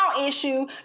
issue